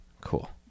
Cool